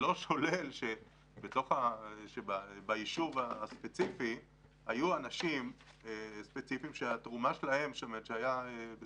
לא שולל שביישוב ספציפי היו אנשים ספציפיים, כמו